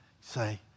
say